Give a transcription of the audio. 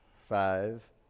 Five